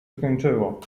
skończyło